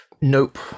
Nope